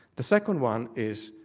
the second one is,